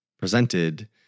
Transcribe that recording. presented